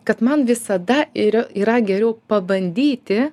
kad man visada yra yra geriau pabandyti